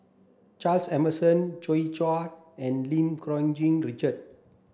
Charles Emmerson Joi Chua and Lim Cherng Yih Richard